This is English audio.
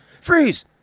Freeze